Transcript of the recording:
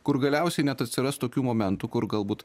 kur galiausiai net atsiras tokių momentų kur galbūt